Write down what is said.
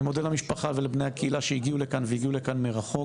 אני מודה למשפחה ולבני הקהילה שהגיעו לכאן והגיעו לכאן מרחוק.